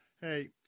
hey